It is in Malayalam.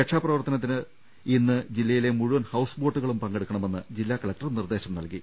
രക്ഷാപ്രവർത്തനത്തിൽ ഇന്ന് ജില്ലയിലെ മുഴുവൻ ഹൌസ്ബോ ട്ടുകളും പങ്കെടുക്കണമെന്ന് ജില്ലാ കലക്ടർ നിർദ്ദേശം നൽകി